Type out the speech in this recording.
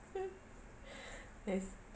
yes